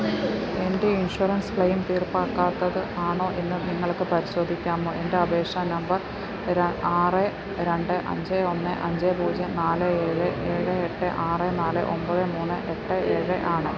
എൻ്റെ insurance claim തീർപ്പാക്കാത്തത് ആണോ എന്ന് നിങ്ങൾക്ക് പരിശോധിക്കാമോ എൻ്റെ അപേക്ഷ നമ്പർ ര ആറ് രണ്ട് അഞ്ച് ഒന്ന് അഞ്ച് പൂജ്യം നാല് ഏഴ് ഏഴ് എട്ട് ആറ് നാല് ഒൻപത് മൂന്ന് എട്ട് ഏഴ് ആണ്